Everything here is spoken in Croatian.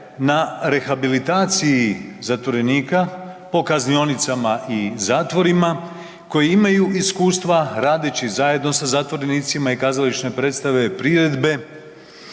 na rehabilitaciji zatvorenika po kaznionicama i zatvorima koji imaju iskustva radeći zajedno sa zatvorenicima i kazališne predstave i priredbe